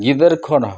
ᱜᱤᱫᱟᱹᱨ ᱠᱷᱚᱱᱟᱜ